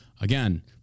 Again